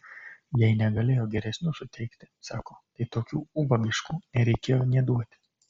jei negalėjo geresnių suteikti sako tai tokių ubagiškų nereikėjo nė duoti